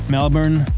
Melbourne